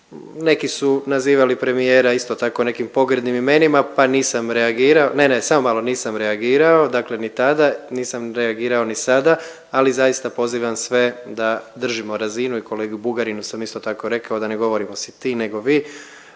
neki su nazivali premijera isto tako, nekim pogrdnim imenima pa nisam reagirao. Ne, ne, samo malo, nisam reagirao, dakle ni tada, nisam reagirao ni sada, ali zaista, pozivam sve da držimo razinu i kolegi Bugarinu sam isto tako, rekao da ne govorimo sa ti nego vi,